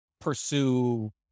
pursue